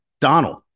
Donald